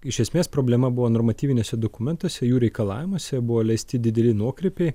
iš esmės problema buvo normatyviniuose dokumentuose jų reikalavimuose buvo leisti dideli nuokrypiai